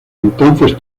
entonces